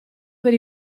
per